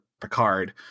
Picard